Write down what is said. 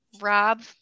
Rob